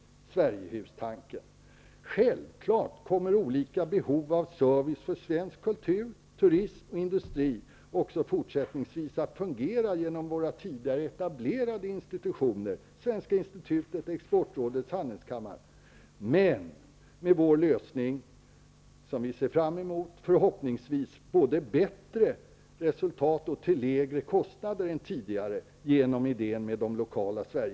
Självfallet kommer olika behov av service, svensk kultur, turism och industri också fortsättningsvis att kunna tillgodoses genom våra tidigare etablerade institutioner såsom Svenska Institutet, exportrådet och handelskammaren, men vår lösning -- som vi ser fram emot att se förverkligad -- med idéen om de lokala Sverigehusen ger förhoppningsvis både bättre resultat och lägre kostnader.